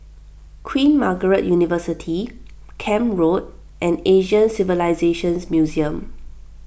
Queen Margaret University Camp Road and Asian Civilisations Museum